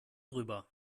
drüber